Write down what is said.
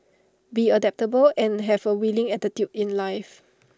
be adaptable and have A willing attitude in life